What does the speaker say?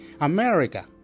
america